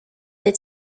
des